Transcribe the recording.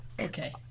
Okay